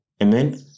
Amen